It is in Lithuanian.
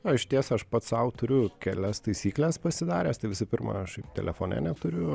jo išties aš pats sau turiu kelias taisykles pasidaręs tai visų pirma aš telefone neturiu